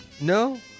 no